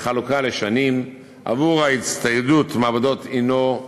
בחלוקה לשנים, עבור הצטיידות מעבדות הנו,